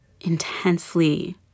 intensely